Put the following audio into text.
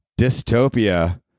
dystopia